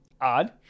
Odd